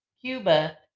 Cuba